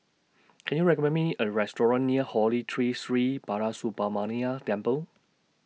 Can YOU recommend Me A Restaurant near Holy Tree Sri Balasubramaniar Temple